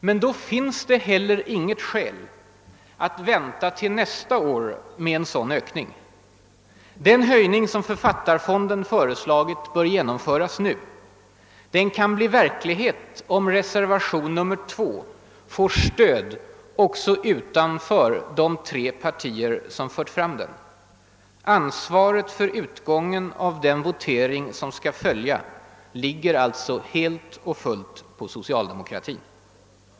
Men då finns det heller inget skäl för att vänta till nästa år med en sådan ökning. Den höjning som författarfonden föreslagit bör genomföras nu. Den kan bli verklighet om reservationen 2 får stöd också utanför de tre partier som fört fram den. Ansvaret för utgången av den votering som skall följa ligger alltså helt och fullt hos socialdemokratin.